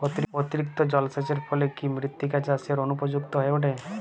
অতিরিক্ত জলসেচের ফলে কি মৃত্তিকা চাষের অনুপযুক্ত হয়ে ওঠে?